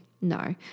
No